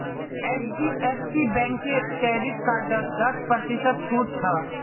HDFC बैंकेर credit कार्डत दस प्रतिशत छूट छ